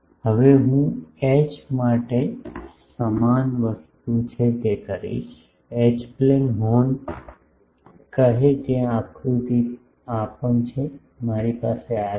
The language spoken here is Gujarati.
હવે હું એચ માટે સમાન વસ્તુ છે તે કરીશ એચ પ્લેન હોર્ન કહે ત્યાં આકૃતિ પણ આ છે મારી પાસે આ છે